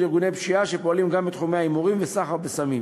ארגוני פשיעה שפועלים גם בתחומי ההימורים והסחר בסמים.